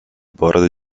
borda